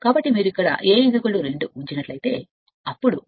కాబట్టి మీరు ఇక్కడ ఉంచినట్లయితే A 2